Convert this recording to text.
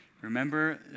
Remember